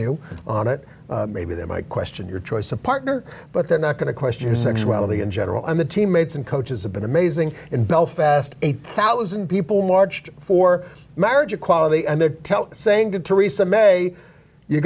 you on it maybe they might question your choice of partner but they're not going to question your sexuality in general and the teammates and coaches have been amazing in belfast eight thousand people marched for marriage equality and they're saying to theresa may you